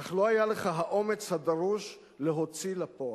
אך לא היה לך האומץ הדרוש להוציא לפועל.